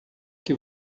que